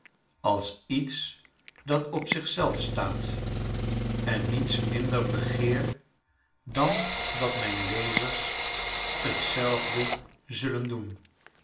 maaromdatik'tmijherinneials iets dat op zichzelf staat en niets minder begeer dan dat mijn lezers t zelfdezullen doen